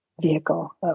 vehicle